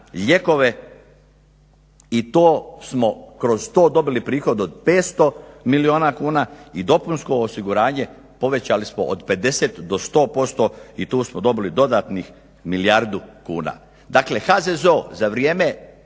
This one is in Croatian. to smo dobili prihod od 500 milijuna kuna i dopunsko osiguranje povećali smo od 50 do 100% i tu smo dobili dodatnih milijardu kuna. Dakle HZZO za vrijeme